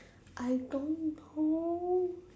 I don't know